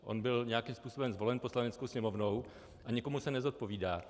On byl nějakým způsobem zvolen Poslaneckou sněmovnou a nikomu se nezodpovídá.